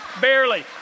Barely